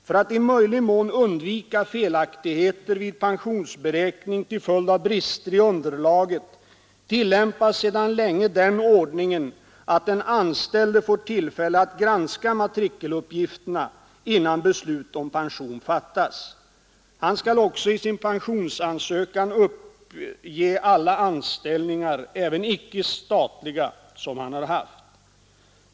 För att i möjlig mån undvika felaktigheter vid pensionsberäkning till följd av brister i underlaget tillämpas sedan länge den ordningen att den anställde får tillfälle att granska matrikeluppgifterna innan beslut om pension fattas. Han skall också i sin pensionsansökan uppge alla anställningar, även icke-statliga, som han har haft.